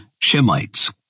Shemites